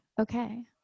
Okay